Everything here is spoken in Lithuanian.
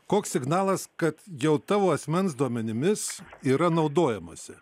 koks signalas kad jau tavo asmens duomenimis yra naudojamasi